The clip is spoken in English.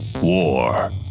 War